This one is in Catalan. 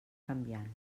canviant